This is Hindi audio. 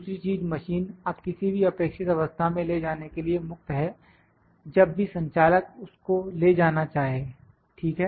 दूसरी चीज मशीन अब किसी भी अपेक्षित अवस्था में ले जाने के लिए मुक्त है जब भी संचालक उसको ले जाना चाहे ठीक है